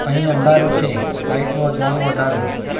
અહીં અંધારું છે લાઇટનું અજવાળું વધારો